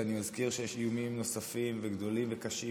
ואני מזכיר שיש איומים נוספים וגדולים וקשים,